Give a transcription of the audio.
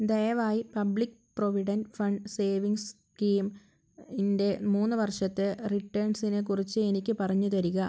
ദയവായി public provident fund savings scheme ഇൻ്റെ മൂന്ന് വർഷത്തെ റിട്ടേൺസിനെ കുറിച്ച് എനിക്ക് പറഞ്ഞു തരിക